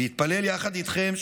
להתפלל יחד איתכם,